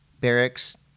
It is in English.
Barracks